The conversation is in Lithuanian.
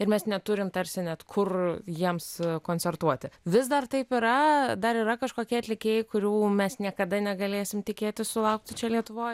ir mes neturim tarsi net kur jiems koncertuoti vis dar taip yra dar yra kažkokie atlikėjai kurių mes niekada negalėsim tikėtis sulaukti čia lietuvoj